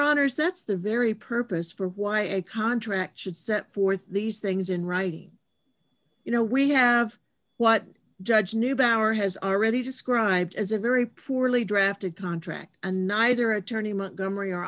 honour's that's the very purpose for why a contract should set forth these things in writing you know we have what judge neubauer has already described as a very poorly drafted contract and neither attorney much gomery or